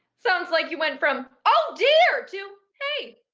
sounds like you went from oh dear to, hey,